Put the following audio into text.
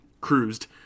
cruised